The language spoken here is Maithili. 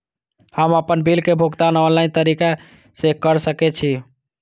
हम आपन बिल के भुगतान ऑनलाइन तरीका से कर सके छी?